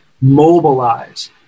mobilize